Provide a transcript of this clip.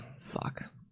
Fuck